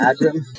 imagine